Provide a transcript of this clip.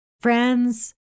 Friends